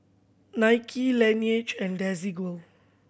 Nike Laneige and Desigual